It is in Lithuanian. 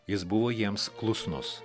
jis buvo jiems klusnus